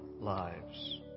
lives